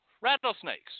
rattlesnakes